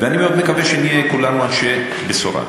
אני מאוד מקווה שנהיה כולנו אנשי בשורה.